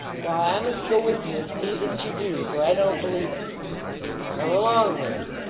why, i must go with you and see that you do, for i don't believe it come along then